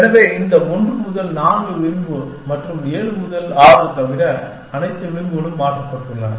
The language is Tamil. எனவே இந்த 1 முதல் 4 விளிம்பு மற்றும் 7 முதல் 6 தவிர அனைத்து விளிம்புகளும் மாற்றப்பட்டுள்ளன